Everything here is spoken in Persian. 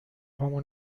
پامو